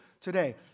today